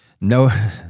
No